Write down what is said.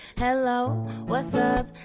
hello what's up?